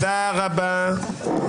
תודה רבה לחבר הכנסת.